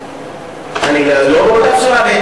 בוודאי לא באותה צורה.